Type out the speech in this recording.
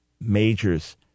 majors